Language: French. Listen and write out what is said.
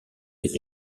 des